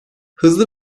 hızlı